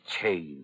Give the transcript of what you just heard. change